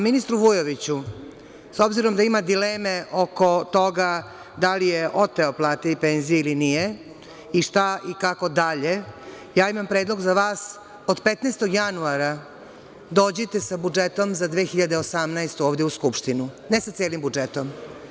Ministre Vujoviću, s obzirom da ima dileme oko toga da li je oteo plate i penzije, ili nije, ja imam predlog za vas od 15. januara dođite sa budžetom za 2018. godinu ovde u Skupštinu, ne sa celim budžetom.